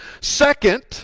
Second